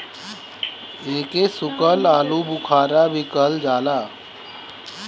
एके सुखल आलूबुखारा भी कहल जाला